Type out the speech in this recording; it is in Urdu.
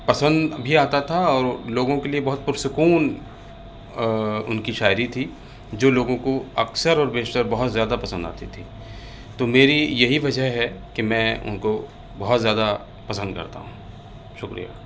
پسند بھی آتا تھا اور لوگوں کے لیے بہت پرسکون ان کی شاعری تھی جو لوگوں کو اکثر اور بیشتر بہت زیادہ پسند آتی تھی تو میری یہی وجہ ہے کہ میں ان کو بہت زیادہ پسند کرتا ہوں شکریہ